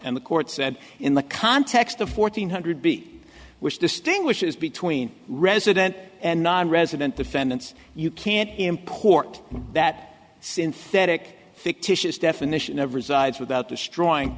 and the court said in the context of fourteen hundred b which distinguishes between resident and nonresident defendants you can't import that synthetic fictitious definition of resides without destroying